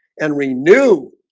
and renew,